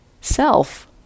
self